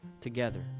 together